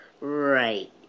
Right